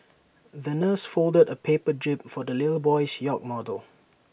the nurse folded A paper jib for the little boy's yacht model